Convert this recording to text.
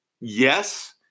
Yes